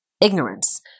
ignorance